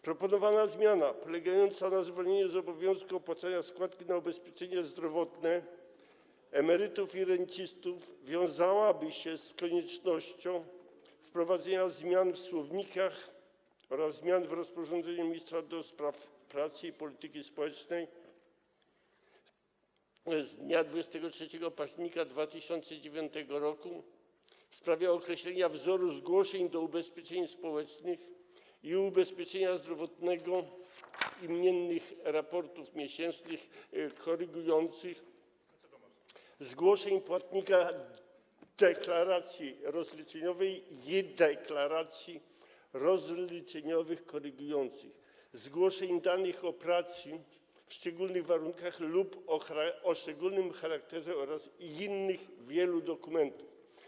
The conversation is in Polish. Proponowana zmiana, polegająca na zwolnieniu z obowiązku płacenia składki na ubezpieczenie zdrowotne emerytów i rencistów, wiązałaby się z koniecznością wprowadzenia zmian w słownikach oraz zmian w rozporządzeniu ministra pracy i polityki społecznej z dnia 23 października 2009 r. w sprawie określenia wzorów zgłoszeń do ubezpieczeń społecznych i ubezpieczenia zdrowotnego, imiennych raportów miesięcznych korygujących, zgłoszeń płatnika, deklaracji rozliczeniowych i deklaracji rozliczeniowych korygujących, zgłoszeń danych o pracy w szczególnych warunkach lub o szczególnym charakterze oraz innych dokumentów.